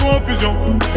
confusion